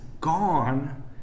gone